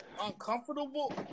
uncomfortable